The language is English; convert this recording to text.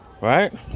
Right